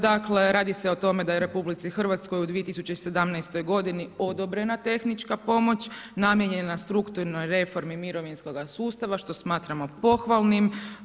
Dakle, radi se o tome da je RH u 2017. odobrena tehnička pomoć namijenjena strukturnoj reformi mirovinskoga sustava, što smatramo pohvalnim.